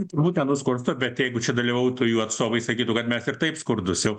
turbūt nenuskurstų bet jeigu čia dalyvautų jų atstovai sakytų kad mes ir taip skurdūs jau